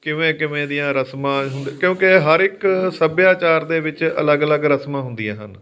ਕਿਵੇਂ ਕਿਵੇਂ ਦੀਆਂ ਰਸਮਾਂ ਕਿਉਂਕਿ ਹਰ ਇੱਕ ਸੱਭਿਆਚਾਰ ਦੇ ਵਿੱਚ ਅਲੱਗ ਅਲੱਗ ਰਸਮਾਂ ਹੁੰਦੀਆਂ ਹਨ